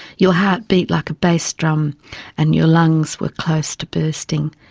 your heart beat like a base drum and your lungs were close to bursting.